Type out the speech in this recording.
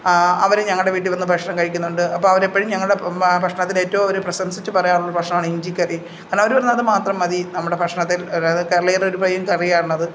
അവർ ഞങ്ങളുടെ വീട്ടിൽ വന്നു ഭക്ഷണം കഴിക്കുന്നുണ്ട് അപ്പോൾ അവരെപ്പോഴും ഞങ്ങളുടെ ഭക്ഷണത്തിനെ ഏറ്റവും ഒരു പ്രശംസിച്ചു പറയാറുള്ള ഒരു ഭക്ഷണമാണ് ഇഞ്ചിക്കറി കാരണം അവർ പറയുന്നു അതു മാത്രം മതി നമ്മുടെ ഭക്ഷണത്തെ കേരളീയരുടെ ഒരു മെയിൻ കറിയാണത്